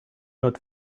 not